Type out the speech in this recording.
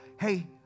Hey